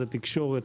תקשורת,